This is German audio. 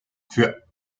für